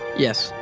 yes.